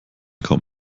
kaum